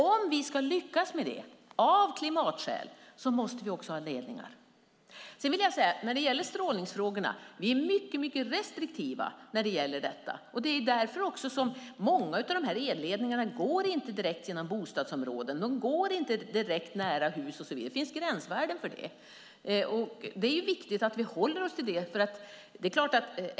Om vi ska lyckas med detta, av klimatskäl, måste vi ha ledningar. När det gäller strålningsfrågorna är vi mycket restriktiva. Det är därför många av elledningarna inte går nära bostadsområden eller hus. Det finns gränsvärden. Det är viktigt att vi håller oss till dessa gränsvärden.